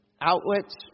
outlets